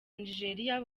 nigeria